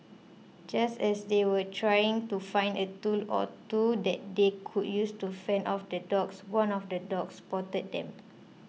just as they were trying to find a tool or two that they could use to fend off the dogs one of the dogs spotted them